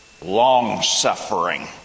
long-suffering